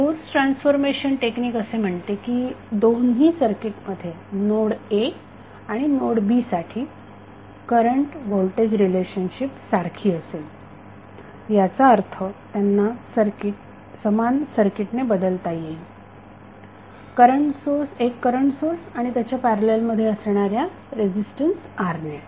source transformation technique असे म्हणते की जर दोन्ही सर्किट मध्ये नोड A आणि नोड B साठी करंट होल्टेज रिलेशनशिप सारखी असेल याचा अर्थ त्यांना समान सर्किटने बदलता येईल एक करंट सोर्स आणि त्याच्या पॅरललमध्ये असणाऱ्या रेझीस्टन्स R ने